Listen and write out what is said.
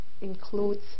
includes